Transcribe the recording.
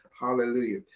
Hallelujah